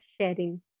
sharing